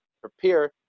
prepare